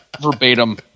verbatim